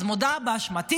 אז מודה באשמתי,